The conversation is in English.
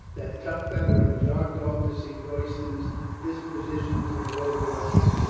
that tough veteran, jogged off to see royston's disposi tions and go the rounds.